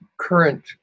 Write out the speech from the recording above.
current